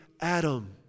Adam